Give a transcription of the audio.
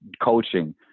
Coaching